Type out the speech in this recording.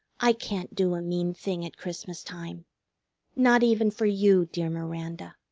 i can't do a mean thing at christmas time not even for you, dear miranda.